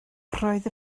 roedd